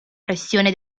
pressione